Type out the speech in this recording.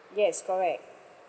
yes correct